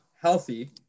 healthy